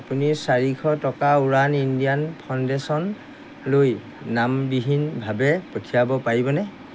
আপুনি চাৰিশ টকা উড়ান ইণ্ডিয়ান ফাউণ্ডেশ্যনলৈ নামবিহীনভাৱে পঠিয়াব পাৰিবনে